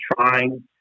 trying